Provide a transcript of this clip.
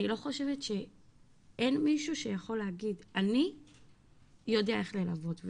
אין מישהו שיכול להגיד אני יודע איך ללוות,